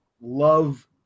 love